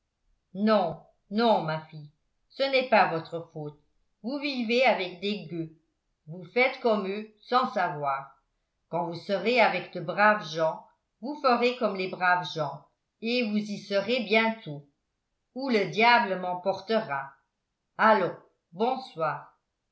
non non ma fille ce n'est pas votre faute vous vivez avec des gueux vous faites comme eux sans savoir quand vous serez avec de braves gens vous ferez comme les braves gens et vous y serez bientôt ou le diable m'emportera allons bonsoir